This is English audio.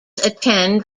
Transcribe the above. attend